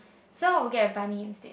so I will get bunny instead